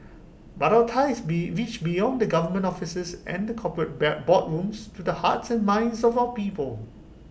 but our ties be reach beyond the government offices and the corporate bear boardrooms to the hearts and minds of our people